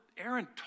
Aaron